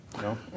No